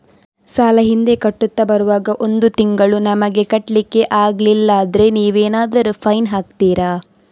ಸಾಲ ಹಿಂದೆ ಕಟ್ಟುತ್ತಾ ಬರುವಾಗ ಒಂದು ತಿಂಗಳು ನಮಗೆ ಕಟ್ಲಿಕ್ಕೆ ಅಗ್ಲಿಲ್ಲಾದ್ರೆ ನೀವೇನಾದರೂ ಫೈನ್ ಹಾಕ್ತೀರಾ?